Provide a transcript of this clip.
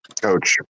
Coach